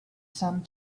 some